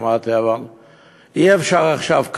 אמרתי, אי-אפשר עכשיו.